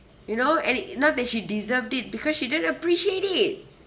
you know and it not that she deserved it because she didn't appreciate it